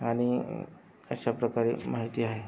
आणि अशा प्रकारे माहिती आहे